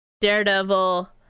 Daredevil